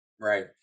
Right